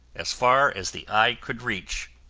as far as the eye could reach,